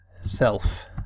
Self